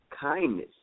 Kindness